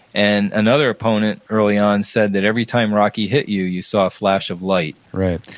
and another opponent early on said that every time rocky hit you, you saw a flash of light right.